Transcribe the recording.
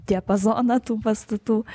diapazoną tų pastatų